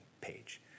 page